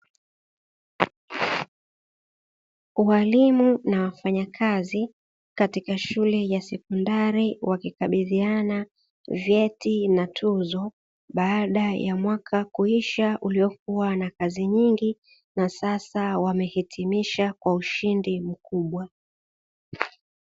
Walimu na wafanyakazi katika shule ya sekondari wakikabidhiana vyeti na tuzo baada ya mwaka kuisha, uliokuwa na kazi nyingi na sasa wamehitimisha kwa ushindi mkubwa.